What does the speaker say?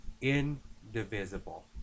indivisible